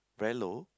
very low